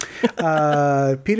Peter